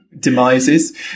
Demises